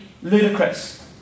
Ludicrous